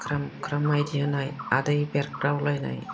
ख्रां ख्रां माइदि होनाय आदै बेरग्रावलायनाय